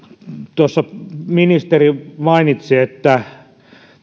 tuossa ministeri mainitsi että